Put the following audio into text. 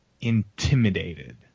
intimidated